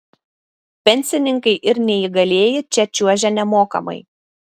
pensininkai ir neįgalieji čia čiuožia nemokamai